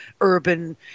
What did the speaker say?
urban